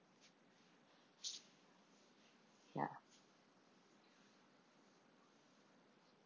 ya